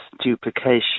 duplication